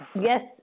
Yes